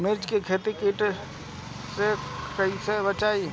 मिर्च के खेती कीट से कइसे बचाई?